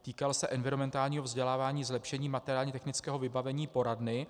Týkal se environmentálního vzdělávání, zlepšení materiálně technického vybavení poradny.